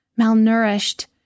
malnourished